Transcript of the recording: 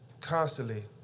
constantly